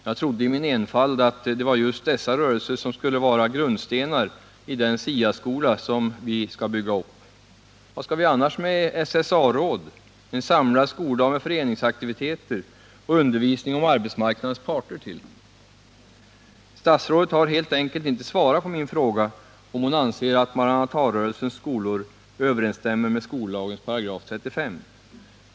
Jag trodde i min enfald att det var just dessa rörelser som skulle vara grundstenar i den SIA-skola vi skall bygga upp. Vad skall vi annars med dessa SSA-råd, en samlad skoldag med föreningsaktiviteter och undervisning om arbetsmarknadens parter till? Statsrådet har helt enkelt inte svarat på min fråga, om hon anser att Maranatarörelsens skolor överensstämmer med skollagens 35 §.